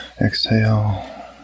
Exhale